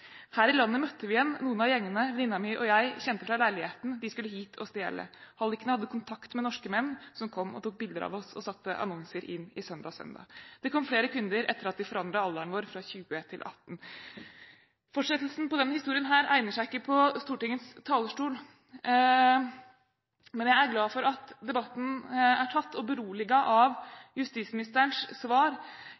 Her i landet møtte vi igjen noen av gjengene venninna mi og jeg kjente fra leiligheten, de skulle hit og stjele. Hallikene hadde kontakt med norske menn som kom og tok bilder av oss, og satte annonser inn i SøndagSøndag. Det kom flere kunder etter at de forandra alderen vår fra tjue til atten.» Fortsettelsen på denne historien egner seg ikke fra Stortingets talerstol, men jeg er glad for at debatten er tatt, og beroliget av